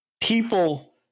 people